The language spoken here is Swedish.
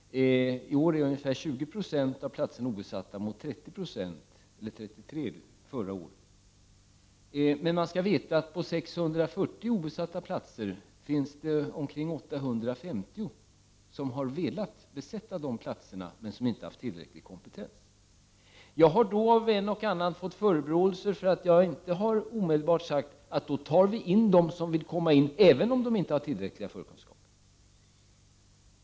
I år är ungefär 20 9o av platserna obesatta, mot 33 26 förra året. Det förtjänar dock att påpekas att till de 640 obesatta platserna finns det ungefär 850 sökande som har velat besätta platserna, men som inte har haft tillräcklig kompetens. Från ett och annat håll har jag fått förebråelser för att jag inte omedelbart har sagt att vi skall ta in dem som vill ha en plats även om de inte har tillräckliga förkunskaper.